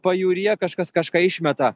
pajūryje kažkas kažką išmeta